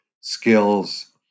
skills